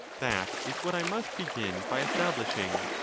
that is what i must begin by establishing.